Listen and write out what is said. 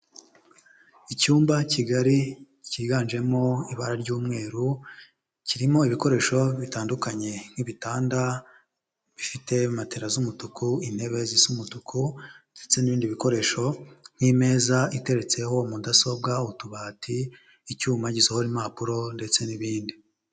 Icyumba kigari cyiganjemo ibara ry'umweru, kirimo ibikoresho bitandukanye nk'ibitanda bifite matera z'umutuku, intebe zisa umutuku ndetse n'ibindi bikoresho nk'imeza iteretseho mudasobwa, utubati, icyuma gisohora impapuro ndetse n'ibindi.